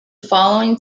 following